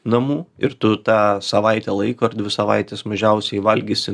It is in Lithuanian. namų ir tu tą savaitę laiko ar dvi savaites mažiausiai valgysi